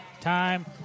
time